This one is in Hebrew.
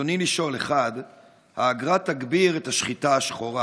ברצוני לשאול: 1. האגרה תגביר השחיטה השחורה.